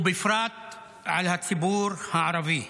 ובפרט על הציבור הערבי.